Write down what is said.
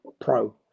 pro